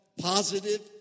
positive